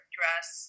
dress